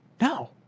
no